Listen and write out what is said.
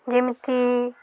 ଯେମିତି